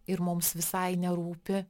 ir mums visai nerūpi